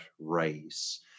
race